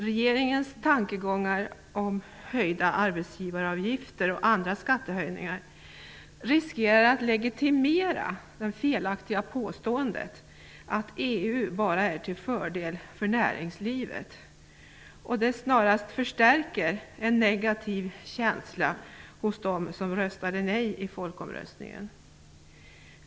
Regeringens tankegångar om höjda arbetsgivaravgifter och skattehöjningar riskerar att legitimera det felaktiga påståendet att EU bara är till fördel för näringslivet. Det förstärker snarast en negativ känsla hos dem som röstade nej i folkomröstningen.